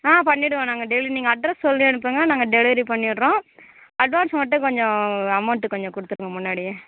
ஆ பண்ணிவிடுவோம் நாங்கள் டெய்லி நீங்கள் அட்ரஸ் சொல்லி அனுப்புங்கள் நாங்கள் டெலிவரி பண்ணிடுறோம் அட்வான்ஸ் மட்டும் கொஞ்சம் அமௌண்ட்டு கொஞ்சம் கொடுத்துடுங்க முன்னாடியே